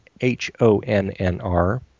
H-O-N-N-R